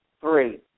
Three